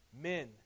Men